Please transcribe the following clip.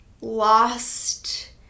lost